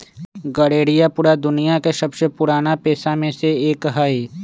गरेड़िया पूरा दुनिया के सबसे पुराना पेशा में से एक हई